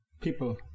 people